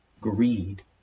greed